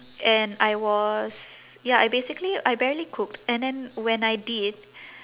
and I was ya I basically I barely cooked and then when I did